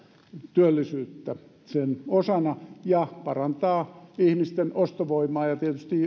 työllisyyttä sen osana ja parantaa ihmisten ostovoimaa ja tietysti